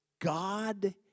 God